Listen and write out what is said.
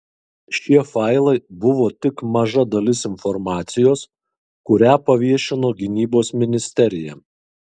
šie failai buvo tik maža dalis informacijos kurią paviešino gynybos ministerija